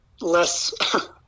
less